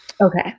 okay